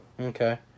Okay